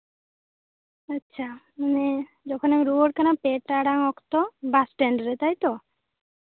ᱟᱪᱪᱷᱟ ᱡᱚᱠᱷᱚᱱᱮᱢ ᱨᱩᱣᱟᱹᱲ ᱠᱟᱱᱟ ᱯᱮ ᱴᱟᱲᱟᱝ ᱚᱠᱛᱚ ᱵᱟᱥᱴᱮᱱᱰᱨᱮ ᱛᱟᱭᱛᱚ